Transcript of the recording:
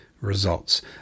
results